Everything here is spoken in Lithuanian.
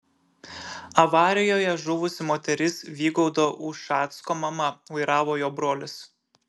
avarijoje žuvusi moteris vygaudo ušacko mama vairavo jo brolis